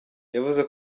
yavuze